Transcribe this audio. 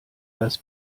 das